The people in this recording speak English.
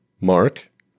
Mark